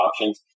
options